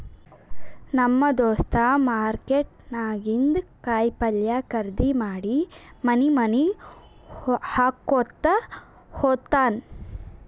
ನಮ್ ದೋಸ್ತ ಮಾರ್ಕೆಟ್ ನಾಗಿಂದ್ ಕಾಯಿ ಪಲ್ಯ ಖರ್ದಿ ಮಾಡಿ ಮನಿ ಮನಿಗ್ ಹಾಕೊತ್ತ ಹೋತ್ತಾನ್